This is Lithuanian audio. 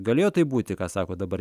galėjo taip būti ką sako dabar